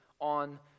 on